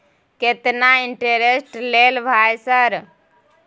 केतना इंटेरेस्ट ले भाई सर?